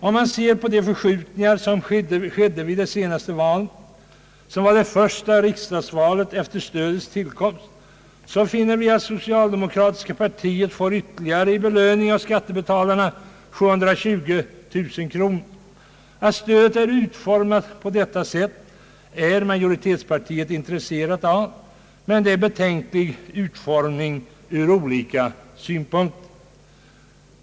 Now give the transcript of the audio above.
Om man ser på de förskjutningar som skedde vid det senaste valet, vilket var det första riksdagsmannavalet efter stödets tillkomst, finner man att socialdemokra tiska partiet i ytterligare belöning av skattebetalarna får 720 000 kronor. Att stödet utformas på detta sätt är majoritetspartiet intresserat av, men det är en betänklig utformning ur olika synpunkter.